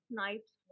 Snipes